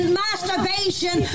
masturbation